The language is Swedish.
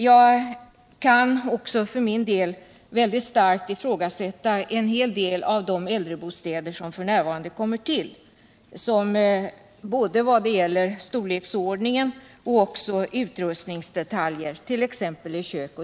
Jag vill för min del också starkt ifrågasätta en hel del av de äldrebostäder som f.n. kommer till både i vad det gäller storlek och i vad det gäller utrustningsdetaljer, 1. ex. i kök.